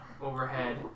overhead